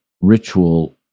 ritual